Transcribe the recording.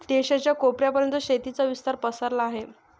देशाच्या कोपऱ्या पर्यंत शेतीचा विस्तार पसरला आहे